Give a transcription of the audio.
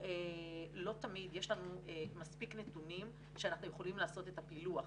לא תמיד יש לנו מספיק נתונים שאנחנו יכולים לעשות את הפילוח,